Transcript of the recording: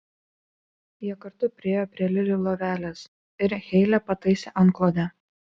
jie kartu priėjo prie lili lovelės ir heilė pataisė antklodę